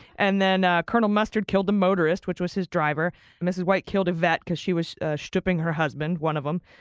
and then colonel mustard killed the motorist, which was his driver, and mrs. white killed yvette because she was stripping her husband, one of them.